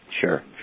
Sure